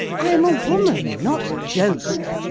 i am a woman, not jove.